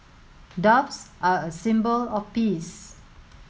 doves are a symbol of peace